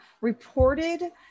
reported